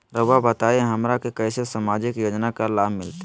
रहुआ बताइए हमरा के कैसे सामाजिक योजना का लाभ मिलते?